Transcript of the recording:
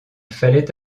fallait